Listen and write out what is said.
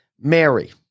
Mary